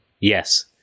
Yes